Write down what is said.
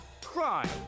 crime